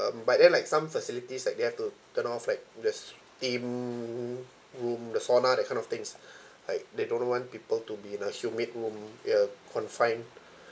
but then like some facilities like you have to turn off like the steam room the sauna that kind of things like they don't want people to be in a humid room you're confined